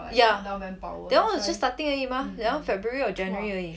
yeah that [one] is just starting 而已 mah that [one] february or january 而已